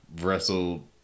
wrestled